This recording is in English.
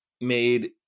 made